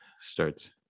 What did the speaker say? starts